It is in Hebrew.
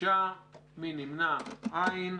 הצבעה בעד, 4 נגד, 5 לא אושרה.